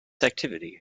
activity